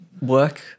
work